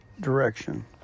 direction